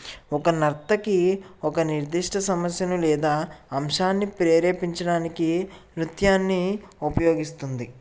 ఒక నర్తకి ఒక నిర్ధిష్ట సమస్యను లేదా అంశాన్ని ప్రేరేపించడానికి నృత్యాన్ని ఉపయోగిస్తుంది